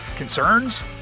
concerns